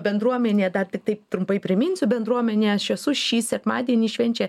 bendruomenė dar tiktai trumpai priminsiu bendruomenė aš esu šį sekmadienį švenčia